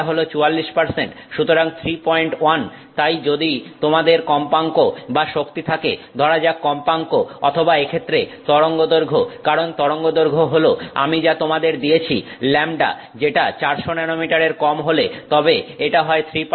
সুতরাং 31 তাই যদি তোমাদের কম্পাঙ্ক বা শক্তি থাকে ধরা যাক কম্পাঙ্ক অথবা এক্ষেত্রে তরঙ্গদৈর্ঘ্য কারণ তরঙ্গদৈর্ঘ্য হল আমি যা তোমাদের দিয়েছি ল্যাম্বডা যেটা 400 ন্যানোমিটারের কম হলে তবে এটা হয় 3